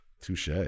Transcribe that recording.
Touche